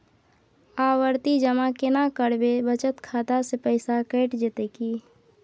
आवर्ति जमा केना करबे बचत खाता से पैसा कैट जेतै की?